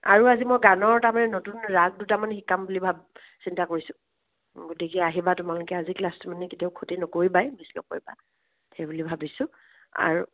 আৰু আজি মই গানৰ তাৰমানে নতুন ৰাগ দুটামান শিকাম বুলি ভাবিছোঁ চিন্তা কৰিছোঁ গতিকে আহিবা আজি তোমালোকে ক্লাছটো কেতিয়াও ক্ষতি নকৰিবাই সেইবুলি ভাবিছোঁ আৰু